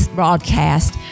broadcast